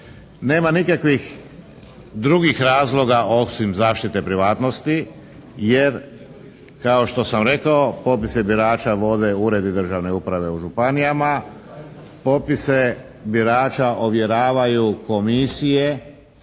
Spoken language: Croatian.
Nema nikakvih drugih razloga osim zaštite privatnosti jer kao što sam rekao popise birača vode Uredi državne uprave u županijama, popise birača ovjeravaju komisije